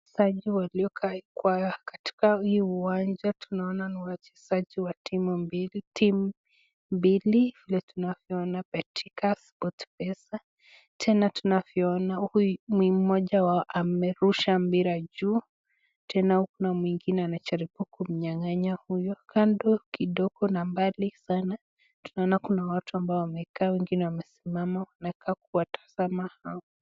Wachezaji walioko hapa katika hii uwanja, tunaona ni wachezaji wa timu mbili. Timu mbili vile tunavyoona betika Sportpesa. Tena tunavyoona huyu mmoja wa amerusha mpira juu. Tena huku kuna mwingine anajaribu kumnyang'anya huyo. Kando kidogo na mbali sana, tunaona kuna watu ambao wamekaa, wengine wamesimama wanakaa kuwatazama hawa.